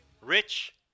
Rich